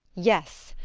yes.